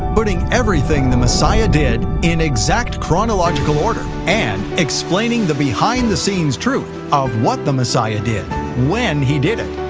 putting everything the messiah did in exact chronological order, and explaining the behind the scenes truth of what the messiah did when he did it,